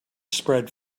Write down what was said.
spread